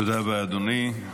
תודה רבה, אדוני.